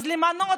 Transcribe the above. אז למנות,